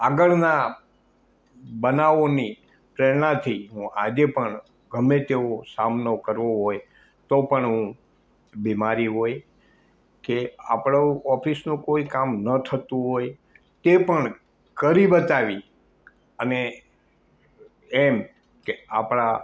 આગળના બનાવોની પ્રેરણાથી હું આજે પણ ગમે તેવો સામનો કરવો હોય તો પણ હું બીમારી હોય કે આપણું ઓફિસનું કોઈ કામ ન થતું હોય તે પણ કરી બતાવી અને એમ કે આપણા